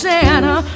Santa